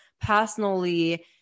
personally